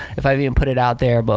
if i've even put it out there, but